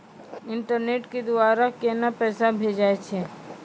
Internet के द्वारा केना पैसा भेजय छै?